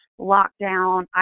lockdown